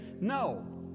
no